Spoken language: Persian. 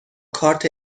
کارت